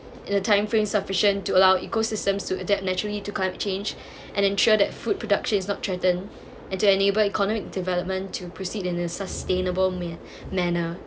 in a timeframe sufficient to allow ecosystems to adapt naturally to climate change and ensure that food production is not threaten and to enable economic development to proceed in a sustainable man~ manner